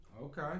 Okay